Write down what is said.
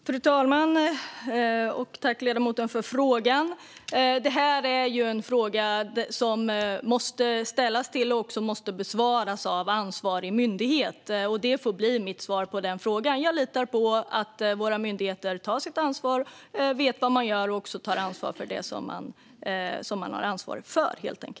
Fru talman! Jag tackar ledamoten för frågan. Detta är en fråga som måste ställas till och besvaras av ansvarig myndighet. Det får bli mitt svar på denna fråga. Jag litar på att våra myndigheter tar ansvar för det som de har ansvar för och vet vad de gör.